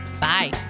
Bye